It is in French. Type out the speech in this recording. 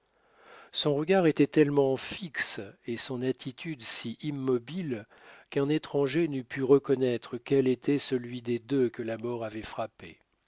son regard était tellement fixe et son attitude si immobile qu'un étranger n'eût pu reconnaître quel était celui des deux que la mort avait frappé